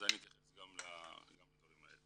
אני אתייחס גם לדברים האלה